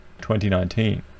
2019